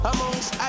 Amongst